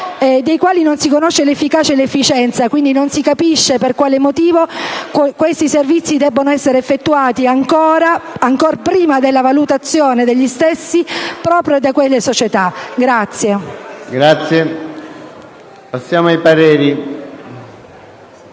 dei quali non si conoscono efficacia ed efficienza, non si capisce quindi per quale motivo questi servizi debbano essere effettuati, ancor prima delle valutazione degli stessi, proprio da quelle società.